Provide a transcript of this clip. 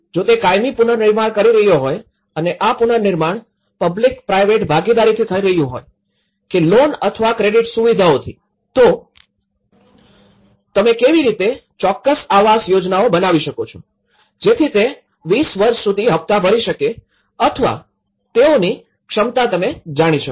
જો તે કાયમી પુનર્નિર્માણ કરી રહ્યો હોય અને આ પુનર્નિર્માણ પબ્લિક પ્રાઇવેટ ભાગીદારીથી થઇ રહ્યું હોય કે લોન અથવા ક્રેડિટ સુવિધાઓથી તો તમે કેવી રીતે ચોક્કસ આવાસ યોજનાઓ બનાવી શકો છો કે જેથી તે ૨૦ વર્ષ સુધી હપ્તા ભરી શકે અથવા તેઓની ક્ષમતા તમે જાણી શકો